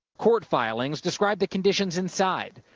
court filings describe the conditions inside,